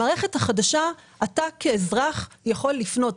המערכת החדשה, אתה כאזרח יכול לפנות.